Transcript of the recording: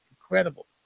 Incredible